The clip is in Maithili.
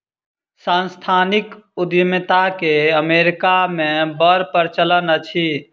सांस्थानिक उद्यमिता के अमेरिका मे बड़ प्रचलन अछि